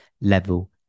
level